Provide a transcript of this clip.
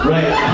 Right